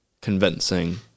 convincing